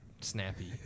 snappy